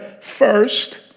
first